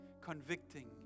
convicting